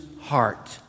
heart